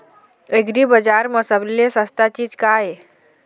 एग्रीबजार म सबले सस्ता चीज का ये?